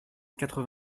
quatre